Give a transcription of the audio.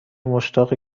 مشتاق